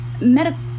medical